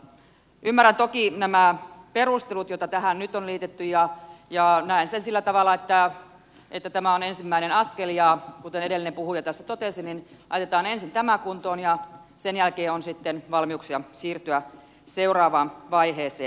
ymmärrän toki nämä perustelut joita tähän nyt on liitetty ja näen sen sillä tavalla että tämä on ensimmäinen askel ja kuten edellinen puhuja tässä totesi laitetaan ensin tämä kuntoon ja sen jälkeen on sitten valmiuksia siirtyä seuraavaan vaiheeseen